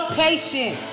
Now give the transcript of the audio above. patient